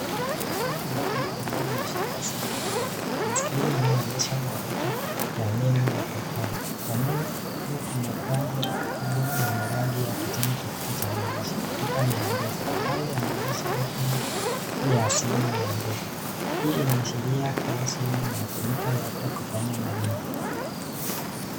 Huu ni mkono ambao umeshika simu chanje yenye skirini inayoonyesha orodha ya menu ya programmu. Kwa juu kuna bango kubwa lenye rangi ya kijani kibichi cha maisha cha lipa na Mpesa ambayo yanaonyesha huduma tu ya simu ya mpesa. Hii inaashiria kuwa simu inatumika labda kufanya malipo